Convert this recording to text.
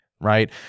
right